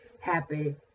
Happy